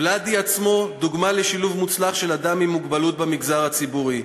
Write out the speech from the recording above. ולאדי עצמו הוא דוגמה לשילוב מוצלח של אדם עם מוגבלות במגזר הציבורי.